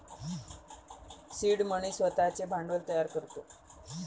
seed money स्वतःचे भांडवल तयार करतो